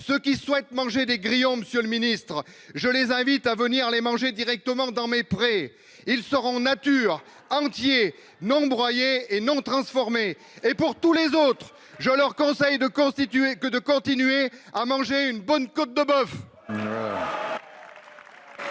qu'qui souhaitent manger des grillons, Monsieur le Ministre, je les invite à venir les manger directement dans mes. Ils sauront nature entier non broyés et non transformés et pour tous les autres, je leur conseille de constituer que de continuer à manger une bonne côte de boeuf.